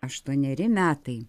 aštuoneri metai